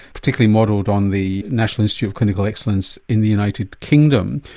particularly modelled on the national institute of clinical excellence in the united kingdom.